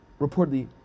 reportedly